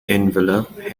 envelope